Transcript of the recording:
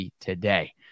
today